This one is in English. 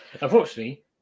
Unfortunately